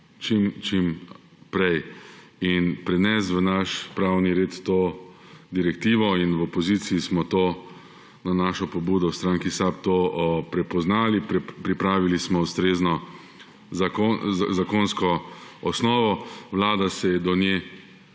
čim prej in prenesti v naš pravni red to direktivo. V opoziciji smo to na pobudo naše stranke SAB prepoznali, pripravili smo ustrezno zakonsko osnovo. Vlada se je do nje